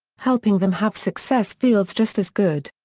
helping them have success feels just as good.